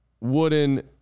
Wooden